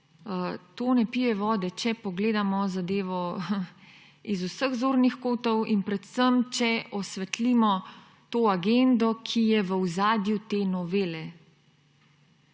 ne pije vode, če pogledamo zadevo z vseh zornih kotov in predvsem če osvetlimo agendo, ki je v ozadju te novele.